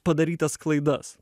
padarytas klaidas